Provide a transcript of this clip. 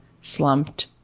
slumped